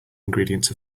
ingredients